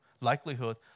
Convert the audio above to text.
likelihood